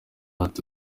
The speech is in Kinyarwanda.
ati